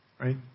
Right